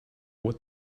what